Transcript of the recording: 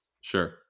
Sure